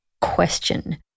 question